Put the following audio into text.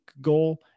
goal